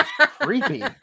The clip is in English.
Creepy